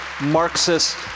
Marxist